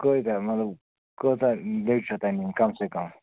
کٕژ تانۍ مطلب کۭژاہ لیٚجہٕ چھَو تۄہہِ نِنۍ کَم سے کَم